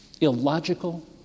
illogical